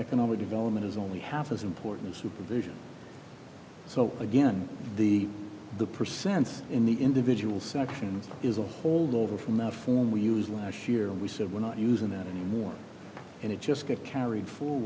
economic development is only half as important supervision so again the the percents in the individual sections is a holdover from the form we used last year and we said we're not using that anymore and it just gets carried fo